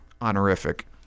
honorific